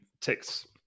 ticks